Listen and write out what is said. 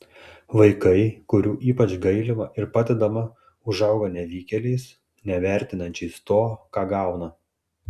vaikai kurių buvo ypač gailima ar padedama užauga nevykėliais nevertinančiais to ką gauna